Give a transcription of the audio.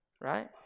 right